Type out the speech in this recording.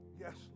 Yes